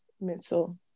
mental